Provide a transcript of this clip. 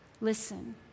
Listen